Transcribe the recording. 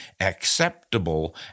acceptable